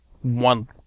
one